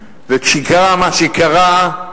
וכשקרה מה שקרה,